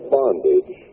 bondage